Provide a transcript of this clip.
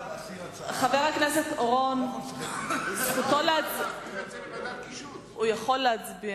חבר הכנסת אורון, הוא יכול להצביע.